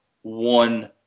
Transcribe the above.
One